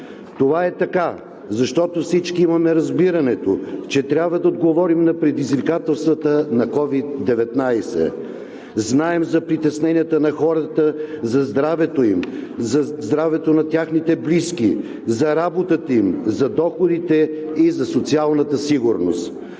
Това е така, защото всички имаме разбирането, че трябва да отговорим на предизвикателствата на COVID-19. Знаем за притесненията на хората за здравето им, за здравето на техните близки, за работата им, за доходите и за социалната сигурност.